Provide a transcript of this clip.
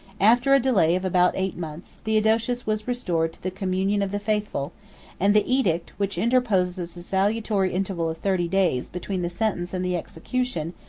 after a delay of about eight months, theodosius was restored to the communion of the faithful and the edict which interposes a salutary interval of thirty days between the sentence and the execution,